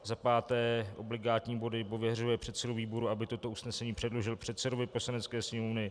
Za páté obligátní body pověřuje předsedu výboru, aby toto usnesení výboru předložil předsedovi Poslanecké sněmovny;